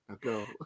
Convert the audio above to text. Go